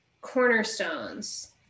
cornerstones